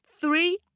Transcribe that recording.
three